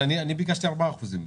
אני ביקשתי 4 אחוזים.